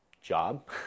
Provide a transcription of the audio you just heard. job